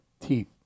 teeth